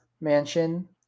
mansion